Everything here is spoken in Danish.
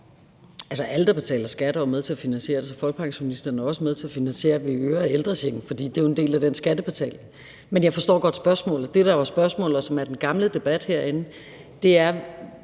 Altså, alle, der betaler skat, er jo med til at finansiere det. Så folkepensionisterne er også med til at finansiere det. Vi øger ældrechecken, fordi det jo er en del af den skattebetaling. Men jeg forstår godt spørgsmålet. Det, der var spørgsmålet, og som er den gamle debat herinde, er,